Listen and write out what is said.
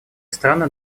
страны